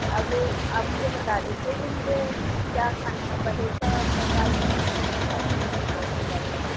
اب آپ مجھے بتا دیجیے کہ مجھے کیا کھانا ہے پرہیز کا بارے میں مجھے کچھ بتا دیجیے مجھے ڈائیٹ کے بارے میں